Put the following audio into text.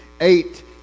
eight